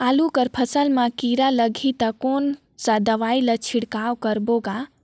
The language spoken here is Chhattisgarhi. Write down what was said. आलू कर फसल मा कीरा लगही ता कौन सा दवाई ला छिड़काव करबो गा?